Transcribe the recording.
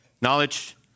knowledge